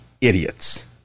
idiots